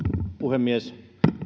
puhemies